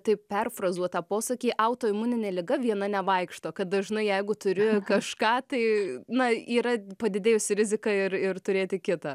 taip perfrazuot tą posakį autoimuninė liga viena nevaikšto kad dažnai jeigu turi kažką tai na yra padidėjusi rizika ir ir turėti kitą